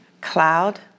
cloud